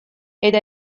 eta